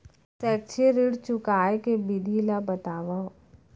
शैक्षिक ऋण चुकाए के विधि ला बतावव